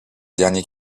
dernier